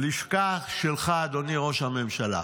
הלשכה שלך, אדוני ראש הממשלה,